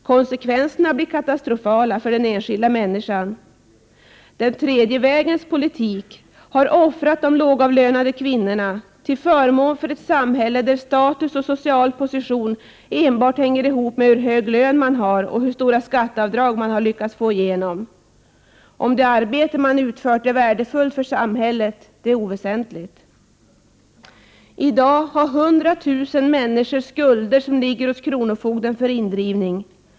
Konsekvenserna blir många gånger katastrofala för den enskilda människan. Den tredje vägens politik har offrat de lågavlönade kvinnorna till förmån för ett samhälle där status och social position hänger ihop enbart med hur hög lön man har och hur stora skatteavdrag man har lyckats få igenom. Om det arbete man utfört är värdefullt för samhället är oväsentligt! I dag har 100 000 människor skulder som ligger hos kronofogden för indrivning.